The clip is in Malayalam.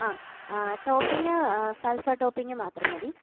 ആ ആ ടോപ്പിംഗ് സല്സ ടോപ്പിംഗ് മാത്രം മതി